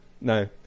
No